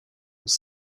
with